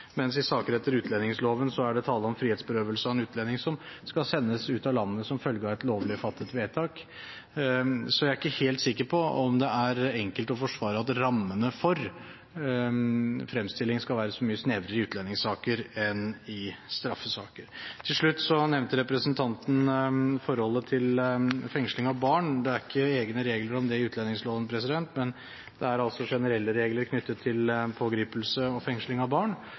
mens i saker etter utlendingsloven er det tale om frihetsberøvelse av en utlending som skal sendes ut av landet som følge av et lovlig fattet vedtak. Så jeg er ikke helt sikker på om det er enkelt å forsvare at rammene for fremstilling skal være så mye snevrere i utlendingssaker enn i straffesaker. Til slutt nevnte representanten forholdet til fengsling av barn. Det er ikke egne regler om det i utlendingsloven, men det er generelle regler knyttet til pågripelse og fengsling av barn.